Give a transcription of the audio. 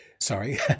sorry